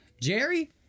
Jerry